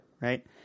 right